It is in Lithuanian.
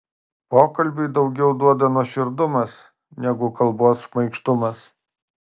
pokalbiui daugiau duoda nuoširdumas negu kalbos šmaikštumas